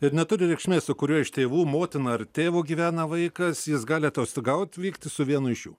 ir neturi reikšmės su kuriuo iš tėvų motina ar tėvu gyvena vaikas jis gali atostogaut vykti su vienu iš jų